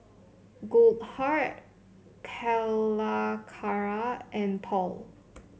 Goldheart Calacara and Paul